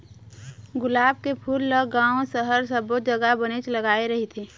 गुलाब के फूल ल गाँव, सहर सब्बो जघा बनेच लगाय रहिथे